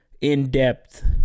in-depth